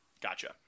gotcha